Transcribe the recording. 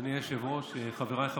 אני אנסה להסביר את מה